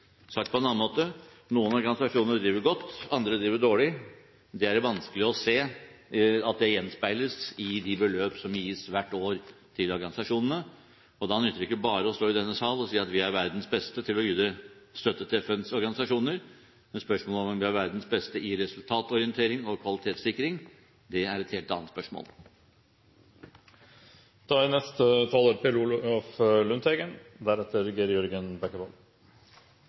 Sagt på en annen måte: Noen organisasjoner driver godt, andre driver dårlig. Det er vanskelig å se at det gjenspeiles i de beløp som gis hvert år til organisasjonene. Da nytter det ikke bare å stå i denne sal og si at vi er verdens beste til å yte støtte til FNs organisasjoner. Om vi er verdens beste i resultatorientering og kvalitetssikring, er et helt annet spørsmål. Senterpartiet prioriterer internasjonal solidaritet, og vi er